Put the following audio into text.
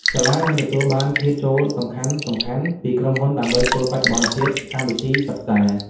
សាលានឹងទទួលបានធាតុចូលសំខាន់ៗពីក្រុមហ៊ុនដើម្បីធ្វើបច្ចុប្បន្នភាពកម្មវិធីសិក្សា។